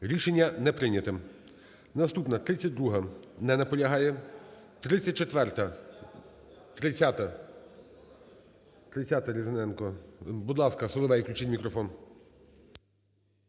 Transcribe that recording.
Рішення не прийнято.